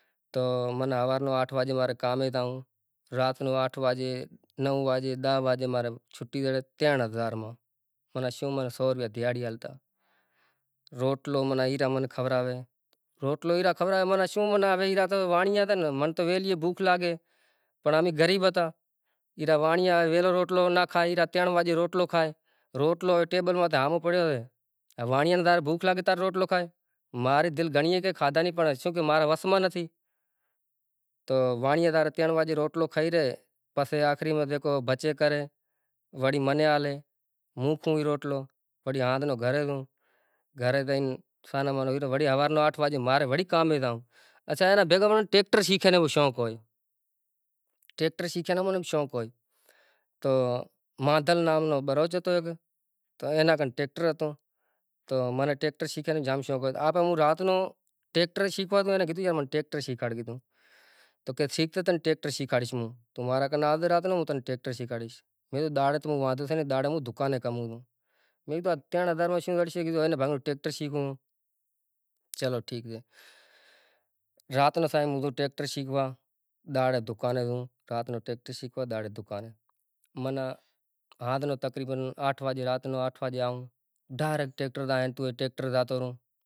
تو ہوار نا آٹھ واجے منے کامے جاووں، رات نو آٹھ واجے نو واجے ڈھ واجے منے چھٹی دیورے ترن ہزار ما معنی شو منے شو روپیہ دہاڑی ہالتا۔ روٹلو منے معنی اولا ہیرا منے کھوراوے، روٹلو ہیرا کھوراوے معنی شو معنی ہیرا تو ہوے وانیڑیا ہتا نا منے تو ویلی اے بھوک لاگے پنڑ امے غریب ہتا ہیرا وانٹیا ویلو روٹلو نا کھائے ہیرا ترن واگے روٹلو کھائے۔ روٹلو ای ٹیبل مانہے ہامے پڑیو ہے ۔ وانٹیا نے جیارے بھوک لاگے ای روٹلو کھائے۔ ماری دل گھنٹي ہوئی کہ کھادا نی پر شو کروں مارا وس ما نتھی۔ تو وانٹیا تو ترن واجے روٹلو کھائی رئے، پسے آخری ما جیکو بچے کرے وڑی منے آلے موں کھووں ای روٹلو وڑی ہاندھ نو گھرے دووں۔ گھرے دئی نے سان نا پہی ہوار نا آٹھ واجے منے وڑی کامے جاوں۔ اچھا اینا بھیگا منے ٹریکٹر سیکھنے کو شونق ہوئے۔ ٹریکٹر سیکھنے کو بی منے شونق ہوئے۔ تو مادھل نام نو بلوچ ہتو ایک تہ اینا کن ٹریکٹر ہتو۔ تو منے ٹریکٹر سیکھنے کو بی جام شونق ہتو۔ آپ مو رات نو ٹیکٹر شیکھوا نو مے اینے کدھو کے یار منے ٹیکٹر شیکھاڑکدھوں۔ تو کے ٹھیک چھے تنے ہوں ٹیکٹر شیکھاڑیش موں۔ تو مارا کن آجے رات نو ہوں تنے ٹریکٹر شیکھاڑیش۔ مے کدھوں ڈاڑھے ہوں آووں پر ڈاڑھے ہوں دکانے کم ہوں چھوں۔ مے کدھو آ ترن ہزار شو شکھاڑشے اینا بہانے ٹریکٹر شیکھوں۔ چلو ٹھیک سے۔ رات نا صاحب ہوں گیو ٹریکٹر شیکھوا ڈاڑھے دکانے ہاوں رات نا ٹریکٹر شیکھوا ڈاڑھے دکانے معنی ہاندھ نو تقریباّّ آتھ واجے رات نو آٹھ واجے آوں ڈائریکٹ ٹریکٹر ماٹے جاتو رووں۔